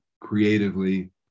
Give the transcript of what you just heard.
creatively